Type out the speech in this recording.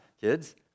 Kids